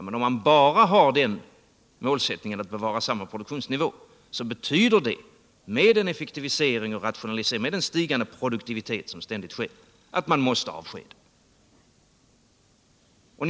Men den ökade effektiviseringen och rationaliseringen och den därmed ständigt stigande produktiviteten innebär ju att man måste avskeda, om man bara har målsättningen att behålla samma produktionsnivå.